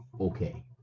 okay